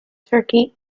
turkey